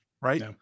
right